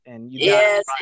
Yes